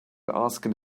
asking